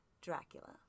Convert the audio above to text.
Dracula